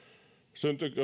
syntyykö